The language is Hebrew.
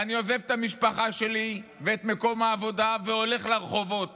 ואני עוזב את המשפחה שלי ואת מקום העבודה והולך לרחובות